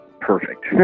perfect